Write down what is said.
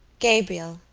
gabriel,